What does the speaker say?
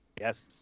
Yes